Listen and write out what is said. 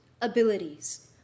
abilities